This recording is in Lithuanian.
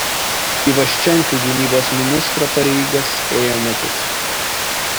ivaščenka gynybos ministro pareigas ėjo metus